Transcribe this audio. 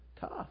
tough